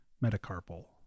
metacarpal